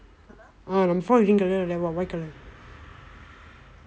uh number four is green colour then what white colour